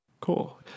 Cool